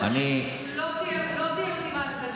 לא תהיה מתאימה לזה,